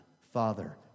father